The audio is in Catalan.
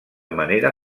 manera